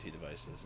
devices